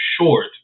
short